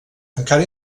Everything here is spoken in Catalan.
encara